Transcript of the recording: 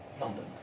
London